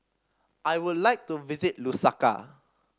I would like to visit Lusaka